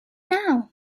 now